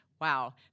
wow